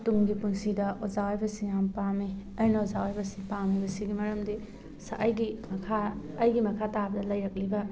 ꯇꯨꯡꯒꯤ ꯄꯨꯟꯁꯤꯗ ꯑꯣꯖꯥ ꯑꯣꯏꯕꯁꯦ ꯌꯥꯝꯅ ꯄꯥꯝꯃꯤ ꯑꯩꯅ ꯑꯣꯖꯥ ꯑꯣꯏꯕꯁꯦ ꯄꯥꯝꯃꯤꯕꯁꯤꯒꯤ ꯃꯔꯝꯗꯤ ꯑꯩꯒꯤ ꯃꯈꯥ ꯑꯩꯒꯤ ꯃꯈꯥ ꯇꯥꯕꯗ ꯂꯩꯔꯛꯂꯤꯕ